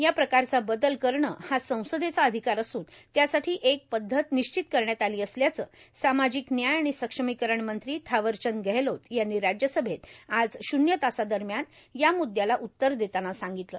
या प्रकारचा बदल करणं हा संसदेचा अधिकार असुन त्यासाठी एक पदधत निश्चित करण्यात आली असल्याचं सामाजिक न्याय आणि सक्षमिकरण मंत्री थावरचंद गहलोद यांनी राज्यसभेत आज शुन्य तासादरम्यान या मुद्याला उत्तर देतांना सांगितलं